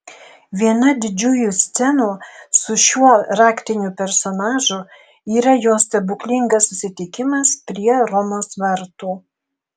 viena didžiųjų scenų su šiuo raktiniu personažu yra jo stebuklingas susitikimas prie romos vartų